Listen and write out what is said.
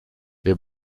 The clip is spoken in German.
wir